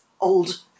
old